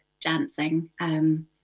dancing